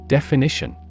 Definition